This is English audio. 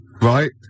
Right